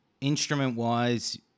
instrument-wise